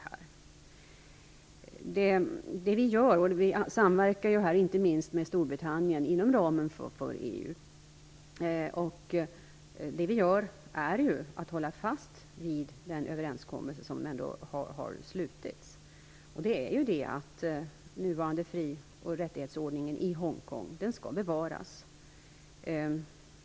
Här samverkar vi, inte minst med Storbritannien, inom ramen för EU. Vi håller fast vid den överenskommelse som har slutits, som innebär att nuvarande fri och rättighetsordning i Hongkong skall bevaras.